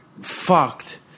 fucked